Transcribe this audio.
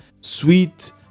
sweet